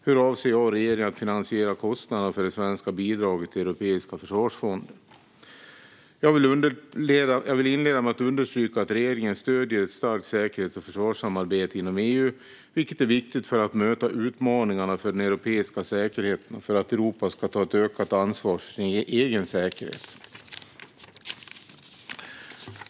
Hur avser jag och regeringen att finansiera kostnaderna för det svenska bidraget till Europeiska försvarsfonden? Jag vill inleda med att understryka att regeringen stöder ett starkt säkerhets och försvarssamarbete inom EU, vilket är viktigt för att möta utmaningarna för den europeiska säkerheten och för att Europa ska ta ett ökat ansvar för sin egen säkerhet.